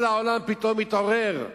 כל העולם פתאום מתעורר,